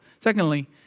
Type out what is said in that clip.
Secondly